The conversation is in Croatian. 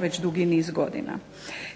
već dugi niz godina.